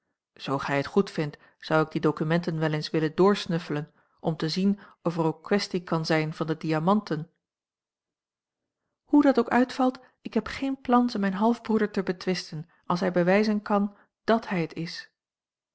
zoo gij het goedvindt zou ik die documenten wel eens willen doorsnuffelen om te zien of er ook kwestie kan zijn van de diamanten hoe dat ook uitvalt ik heb geen plan ze mijn halfbroeder te betwisten als hij bewijzen kan dàt hij het is